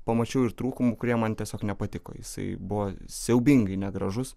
pamačiau ir trūkumų kurie man tiesiog nepatiko jisai buvo siaubingai negražus